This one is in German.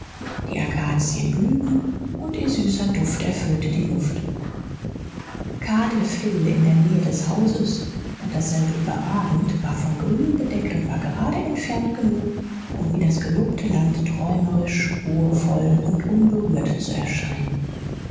die akazien blühten und ihr süßer duft erfüllte die luft cardiff hill in der nähe des hauses und dasselbe überragend war von grün bedeckt und war gerade entfernt genug um wie das gelobte land träumerisch ruhevoll und unberührt zu erscheinen